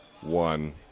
one